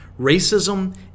Racism